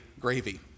gravy